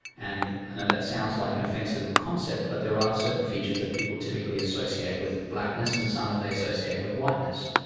and i know that sounds like an offensive concept but there are certain features that people typically associate with blackness and some that they associate with whiteness.